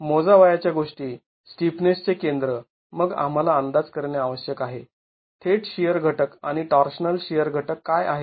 तर मोजावयाच्या गोष्टी स्टिफनेस चे केंद्र मग आम्हाला अंदाज करणे आवश्यक आहे थेट शिअर घटक आणि टॉर्शनल शिअर घटक काय आहेत